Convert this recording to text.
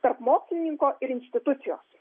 tarp mokslininko ir institucijos